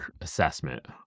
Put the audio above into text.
assessment